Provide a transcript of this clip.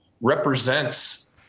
represents